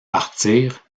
partir